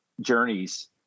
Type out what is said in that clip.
journeys